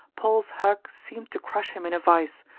paul's hug seemed to crush him in a vice,